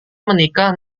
menikah